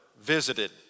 visited